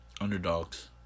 underdogs